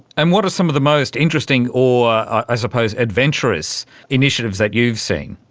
and what are some of the most interesting or i suppose adventurous initiatives that you've seen?